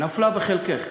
נפל בחלקך,